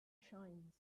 shines